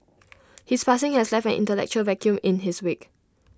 his passing has left an intellectual vacuum in his wake